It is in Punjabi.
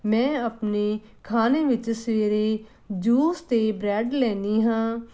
ਮੈਂ ਆਪਣੇ ਖਾਣੇ ਵਿੱਚ ਸਵੇਰੇ ਜੂਸ ਅਤੇ ਬ੍ਰੈਡ ਲੈਂਦੀ ਹਾਂ